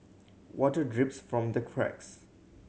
water drips from the cracks